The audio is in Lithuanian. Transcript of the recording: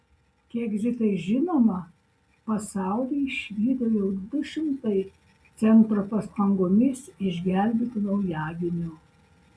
kiek zitai žinoma pasaulį išvydo jau du šimtai centro pastangomis išgelbėtų naujagimių